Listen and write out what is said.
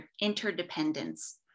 interdependence